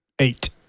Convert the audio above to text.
Eight